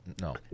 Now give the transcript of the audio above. No